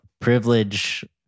privilege